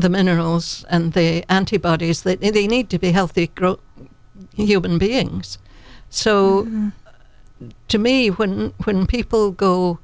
the minerals and they antibodies that if they need to be healthy grow he opened beings so to me when when people go